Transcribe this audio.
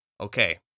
Okay